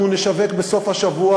אנחנו נשווק בסוף השבוע,